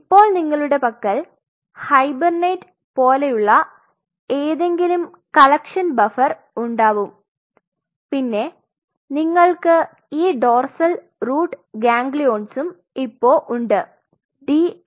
ഇപ്പോൾ നിങ്ങളുടെ പക്കൽ ഹൈബർനേറ്റ് പോലെയുള്ള ഏതെങ്കിലും കളക്ഷൻ ബഫർ ഉണ്ടാവും പിന്നെ നിങ്ങൾക്ക് ഈ ഡോർസൽ റൂട്ട് ഗാംഗ്ലിയൺസും ഇപ്പൊ ഉണ്ട് DRGs